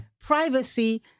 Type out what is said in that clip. privacy